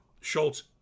Schultz